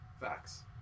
facts